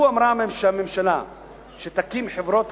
לו אמרה הממשלה שתקים חברות